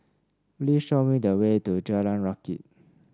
please show me the way to Jalan Rakit